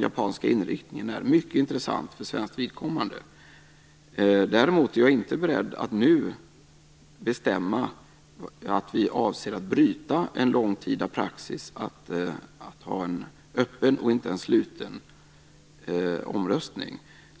japanska inriktningen är mycket intressant för svenskt vidkommande. Däremot är jag inte beredd att nu bestämma att bryta en långtida praxis och ha en öppen i stället för sluten omröstning.